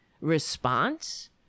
response